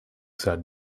sat